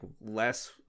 less